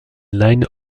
line